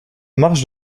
marche